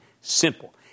Simple